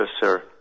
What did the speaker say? Sir